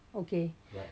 okay